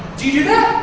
do you do that?